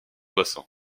bassin